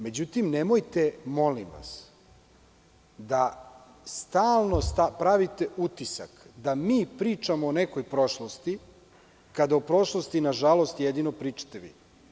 Međutim, nemojte, molim vas, da stalno pravite utisak da mi pričamo o nekoj prošlosti kada o prošlosti, nažalost, pričate vi.